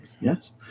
yes